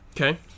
Okay